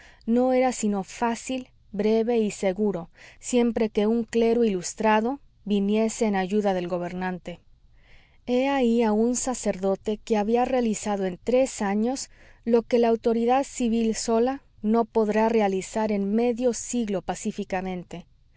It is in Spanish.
no era sino fácil breve y seguro siempre que un clero ilustrado viniese en ayuda del gobernante he ahí a un sacerdote que había realizado en tres años lo que la autoridad civil sola no podrá realizar en medio siglo pacíficamente